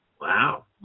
Wow